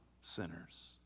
sinners